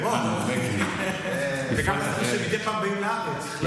וגם לאלה שמדי פעם באים לארץ.